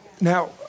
Now